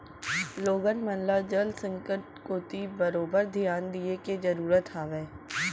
लोगन मन ल जल संकट कोती बरोबर धियान दिये के जरूरत हावय